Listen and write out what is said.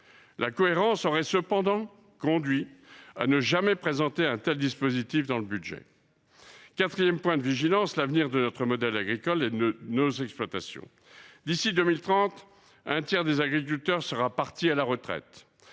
la cohérence aurait commandé de ne jamais présenter un tel dispositif. Autre point de vigilance : l’avenir de notre modèle agricole et de nos exploitations. D’ici 2030, un tiers des agriculteurs sera parti à la retraite.